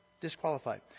disqualified